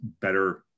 better